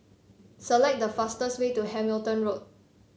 select the fastest way to Hamilton Road